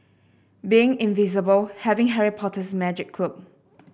being invisible having Harry Potter's magic cloak